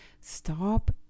stop